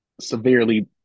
severely